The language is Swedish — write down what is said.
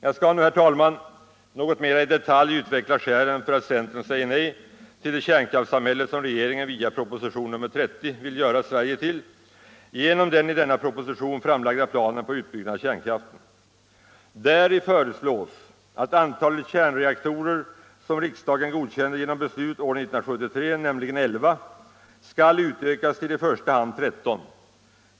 Jag skall nu, herr talman, något mer i detalj utveckla skälen för att centern säger nej till det kärnkraftssamhälle som regeringen via proposition nr 30 vill göra Sverige till genom den i denna proposition framlagda planen på utbyggnad av kärnkraften. Däri föreslås att antalet kärnreaktorer som riksdagen godkände genom beslut år 1973, nämligen 11, skall utökas till i första hand 13.